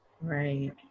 Right